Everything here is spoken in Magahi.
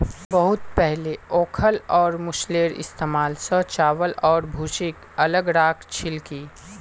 बहुत पहले ओखल और मूसलेर इस्तमाल स चावल आर भूसीक अलग राख छिल की